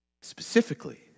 Specifically